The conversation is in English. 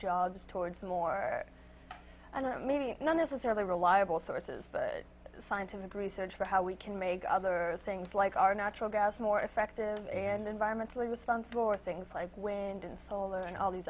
jobs towards the more i don't mean not necessarily reliable sources but scientific research for how we can make other things like our natural gas more effective and environmentally responsible for things like wind and solar and all